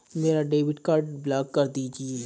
मेरा debit card block कर दीजिए